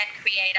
creator